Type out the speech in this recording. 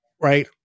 right